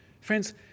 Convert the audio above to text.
friends